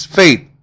faith